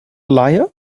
liar